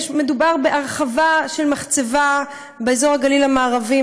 מדובר בהרחבה של מחצבה באזור הגליל המערבי,